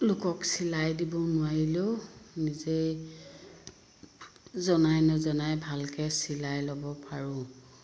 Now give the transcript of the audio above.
লোকক চিলাই দিব নোৱাৰিলেও নিজে জনাই নজনাই ভালকে চিলাই ল'ব পাৰোঁ